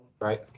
right